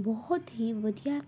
ਬਹੁਤ ਹੀ ਵਧੀਆ